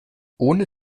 ohne